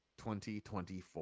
2024